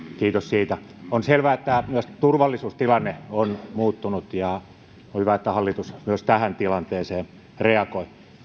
kiitos siitä on selvää että myös turvallisuustilanne on muuttunut ja on hyvä että hallitus myös tähän tilanteeseen reagoi